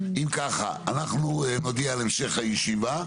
נודיע על המשך הישיבה.